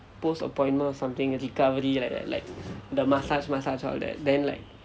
post appointment or something recovery like that like the massage massage all that then like